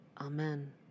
Amen